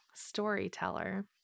Storyteller